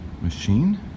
machine